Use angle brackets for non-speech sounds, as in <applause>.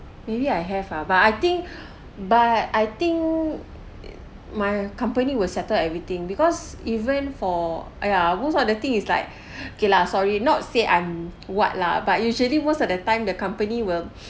maybe I have ah but I think <breath> but I think in my company will settle everything because even for !aiya! most of the thing is like <breath> okay lah sorry not say I'm what lah but usually most of the time the company will